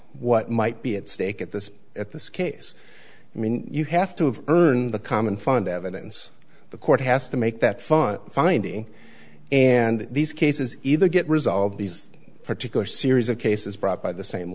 what might be at stake at this at this case i mean you have to have earned the common fund evidence the court has to make that fun finding and these cases either get resolved these particular series of cases brought by the same